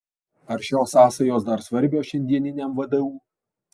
ar šios sąsajos dar svarbios šiandieniniam vdu